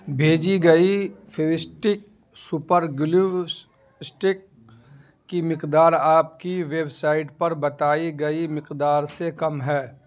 بھیجی گئی Fevistick super glues stick کی مقدار آپ کی ویبسائٹ پر بتائی گئی مقدار سے کم ہے